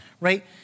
right